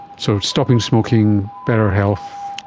so it's stopping smoking, better health,